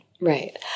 Right